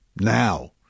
now